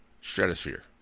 stratosphere